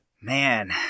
Man